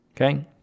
Okay